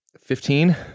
Fifteen